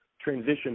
transition